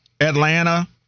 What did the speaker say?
Atlanta